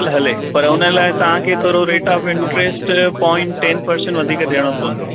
हले पर हुन लाइ तव्हांखे थोरो rate of interest point ten percent वधीक ॾियणो